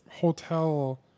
hotel